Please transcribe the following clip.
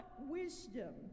wisdom